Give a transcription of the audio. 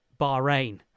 Bahrain